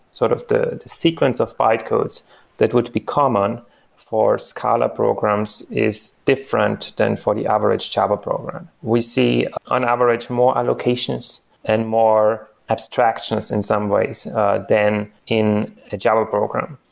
sort of the sequence of bytecodes that would be common for scala programs is different than for the average java program. we see on average more allocations and more abstractions in some ways than in a java program.